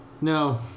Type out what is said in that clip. No